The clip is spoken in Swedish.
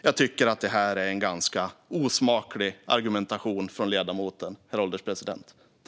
Jag tycker att det är en ganska osmaklig argumentation från ledamoten, herr ålderspresident.